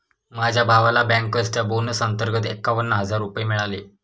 माझ्या भावाला बँकर्सच्या बोनस अंतर्गत एकावन्न हजार रुपये मिळाले